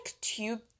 tube